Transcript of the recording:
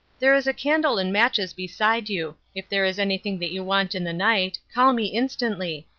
there is a candle and matches beside you. if there is anything that you want in the night, call me instantly.